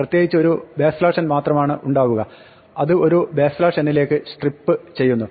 പ്രത്യേകിച്ച് ഒരു n മാത്രമാണ് ഉണ്ടാവുക അത് ഒരു n ലേക്ക് സ്ട്രിപ്പ് ചെയ്യുന്നു